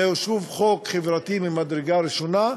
שוב, זה חוק חברתי ממדרגה ראשונה,